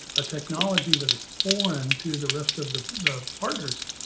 a technology that is foreign to the rest of the the partners.